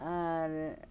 আর